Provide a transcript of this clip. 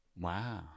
Wow